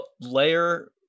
layer